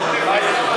למה, עוטף-עזה לא בדיון?